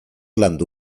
landu